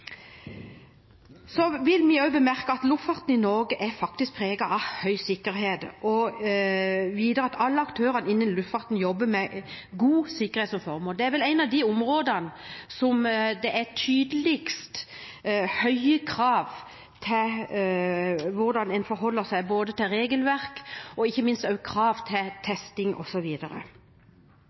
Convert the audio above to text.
Så vil vi også bemerke at luftfarten i Norge faktisk er preget av høy sikkerhet, og videre at alle aktørene innen luftfarten jobber med god sikkerhet som formål. Det er vel et av områdene der det tydeligst er høye krav til hvordan en forholder seg til regelverket, ikke minst er det også krav til testing